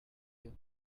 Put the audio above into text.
you